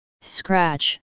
Scratch